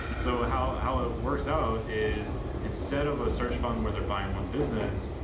so how how it works out is instead of a search fund where they're buying one business,